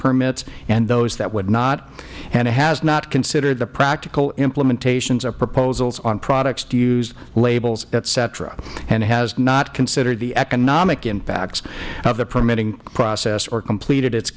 permits and those that would not and has not considered the practical implementations of proposals on products used labels et cetera and has not considered the economic impacts of the permitting process or completed it